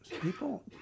People